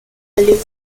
allé